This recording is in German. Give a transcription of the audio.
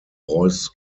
reuß